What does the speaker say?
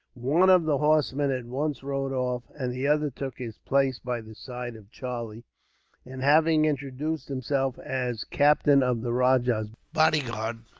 one of the horsemen at once rode off, and the other took his place by the side of charlie and, having introduced himself as captain of the rajah's bodyguard,